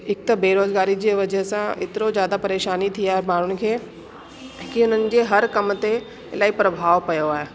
हिकु त बेरोजगारी जे वज़ह सां एतिरो ज्यादा परेशानी थी आहे माण्हुनि खे की हुननि जे हर कम ते इलाही प्रभाव पियो आहे